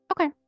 okay